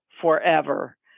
forever